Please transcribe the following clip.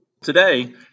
Today